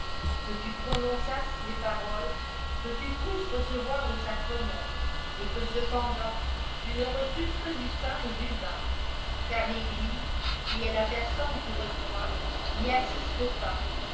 que tu prononçasses les paroles que tu crusses recevoir le sacrement et que cependant tu ne rousses que du pain et du vin car l'eglise qui est la personne qui reçoit n'y assiste pas